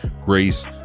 Grace